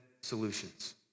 solutions